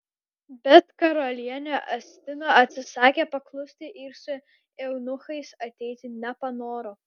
bet karalienė astina atsisakė paklusti ir su eunuchais ateiti nepanoro